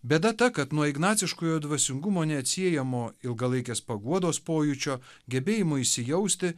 bėda ta kad nuo ignaciškojo dvasingumo neatsiejamo ilgalaikės paguodos pojūčio gebėjimo įsijausti